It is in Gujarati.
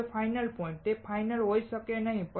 હવે ફાઇનલ પોઇન્ટ તે ફાઇનલ હોઈ શકે નહીં